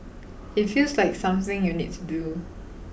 it feels like something you need to do